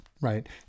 right